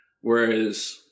whereas